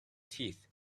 teeth